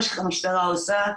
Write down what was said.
מה שהמשטרה עושה,